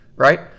right